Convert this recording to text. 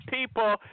people